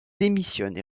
démissionne